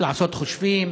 לעשות חושבים.